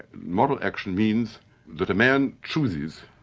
moral action means that a man chooses,